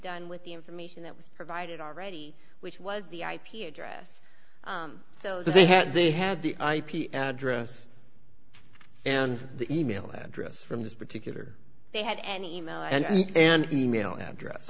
done with the information that was provided already which was the ip address so they had they had the ip address and the email address from this particular they had an e mail and an e mail address